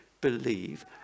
believe